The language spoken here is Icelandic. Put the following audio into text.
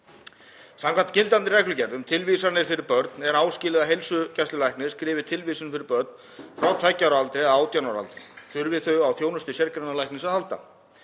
Samkvæmt gildandi reglugerð um tilvísanir fyrir börn er áskilið að heilsugæslulæknir skrifi tilvísun fyrir börn frá tveggja ára aldri að 18 ára aldri þurfi þau á þjónustu sérgreinalækna að halda.